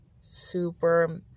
super